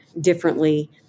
differently